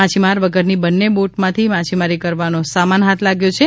માછીમાર વગરની બંને બોટમાંથી માછીમારી કરવાનો સામાન હાથ લાગ્યો છે